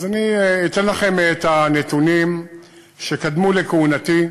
אני אתן לכם את הנתונים שקדמו לכהונתי: